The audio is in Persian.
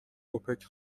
اوپک